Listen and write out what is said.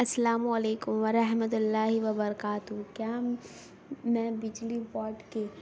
السلام علیکم و رحمتہ اللہ وبرکات ہ کیا میں بجلی واٹ کی